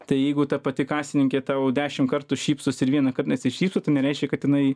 tai jeigu ta pati kasininkė tau dešim kartų šypsosi ir vienąkart nesišypso tai nereiškia kad jinai